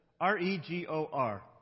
R-E-G-O-R